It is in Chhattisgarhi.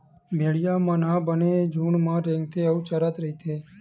भेड़िया मन ह बने झूंड म रेंगथे अउ चरत रहिथे